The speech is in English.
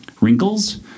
wrinkles